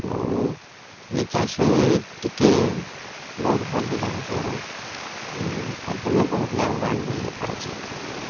ଆଉ ଇ ଚାଷେ ଟିକେ ବହୁତ୍ ଭଲ୍ ବି ଲାଗୁଛେ ଆଉ ଚାଷ୍ରେ ବହୁତ୍ ଲାଭବାନ୍ ବି ହେଇପାରୁଚେଁ